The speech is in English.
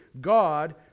God